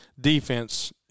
defense